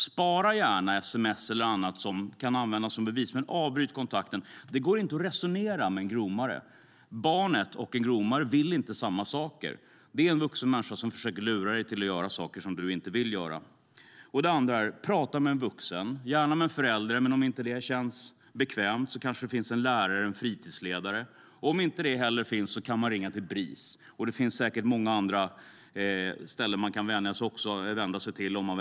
Spara gärna sms eller annat som kan användas som bevis. Men avbryt kontakten. Det går inte att resonera med en gromare. Barnet och en gromare vill inte samma saker. Detta är en vuxen människa som försöker lura barnet att göra saker som barnet inte vill göra. Det andra är att prata med en vuxen, gärna med en förälder, men om det inte känns bekvämt kanske det finns en lärare eller en fritidsledare att prata med. Om inte det heller finns kan man ringa till Bris. Det finns säkert många andra ställen som man kan vända sig till också.